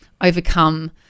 overcome